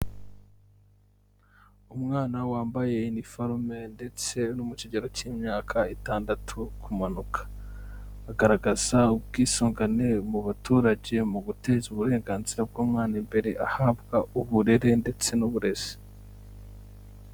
Umwana wambaye iniforume ndetse uri no mu kigero cy'imyaka itandatu kumanuka, agaragaza ubwisungane mu baturage mu guteza uburenganzira bw'umwana imbere ahabwa uburere ndetse n'uburezi.